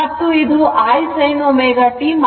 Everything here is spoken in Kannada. ಮತ್ತು ಇದು I sin ω t 90 o ಆಗಿದೆ